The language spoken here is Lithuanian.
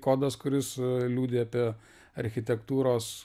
kodas kuris liudija apie architektūros